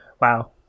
wow